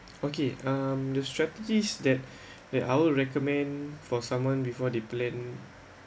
okay um the strategies that that I will recommend for someone before they plan